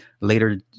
later